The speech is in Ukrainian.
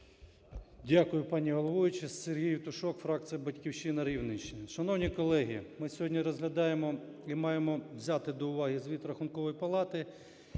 Дякую, пані головуюча. Сергій Євтушок, фракція "Батьківщина", Рівненщина. Шановні колеги, ми сьогодні розглядаємо і маємо взяти до уваги звіт Рахункової палати,